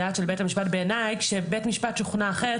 בעיניי כשבית משפט שוכנע אחרת,